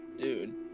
Dude